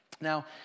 Now